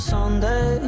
Sunday